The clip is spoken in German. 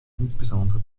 insbesondere